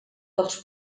dels